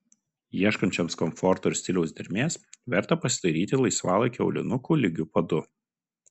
ieškančioms komforto ir stiliaus dermės verta pasidairyti laisvalaikio aulinukų lygiu padu